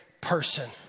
person